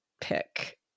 pick